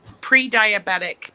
pre-diabetic